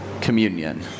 communion